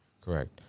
Correct